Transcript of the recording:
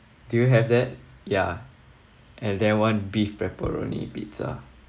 do you have that ya and then one beef pepperoni pizza